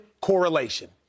correlation